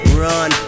run